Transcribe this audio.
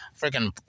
freaking